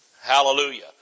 Hallelujah